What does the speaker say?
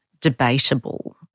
debatable